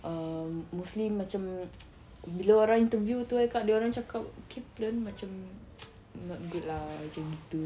err mostly macam bila orang interview tu cakap dia orang cakap Kaplan macam not good lah macam itu